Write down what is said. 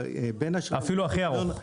אפילו הכי ארוך.